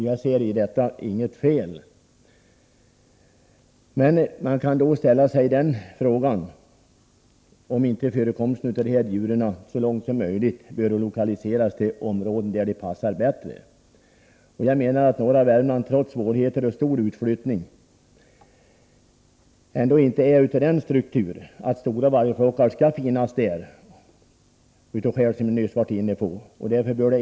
Jag ser inget fel i detta, men man kan ställa frågan om inte förekomsten av dessa djur så långt som möjligt bör lokaliseras till områden där de passar bättre än i norra Värmland. Jag menar, av skäl som jag nyss nämnde, att det området, trots svårigheter och stor utflyttning av människor, ändå inte har en sådan struktur att stora vargflockar bör finnas där.